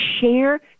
share